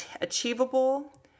achievable